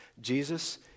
Jesus